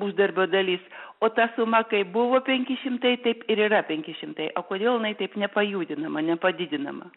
uždarbio dalis o ta suma kaip buvo penki šimtai taip ir yra penki šimtai o kodėl jinai taip nepajudinama nepadidinama